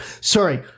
Sorry